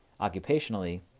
Occupationally